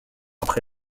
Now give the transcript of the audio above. après